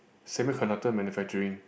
semi conductor manufacturing